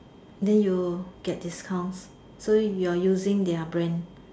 then you get discounts so you are using their brand